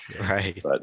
right